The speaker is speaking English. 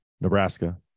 Nebraska